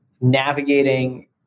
navigating